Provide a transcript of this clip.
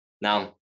now